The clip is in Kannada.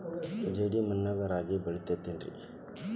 ಜೇಡಿ ಮಣ್ಣಾಗ ರಾಗಿ ಬೆಳಿತೈತೇನ್ರಿ?